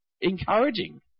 encouraging